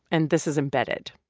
and this is embedded.